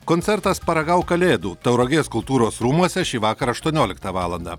koncertas paragauk kalėdų tauragės kultūros rūmuose šįvakar aštuonioliktą valandą